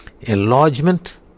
enlargement